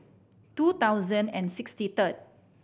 two thousand and sixty third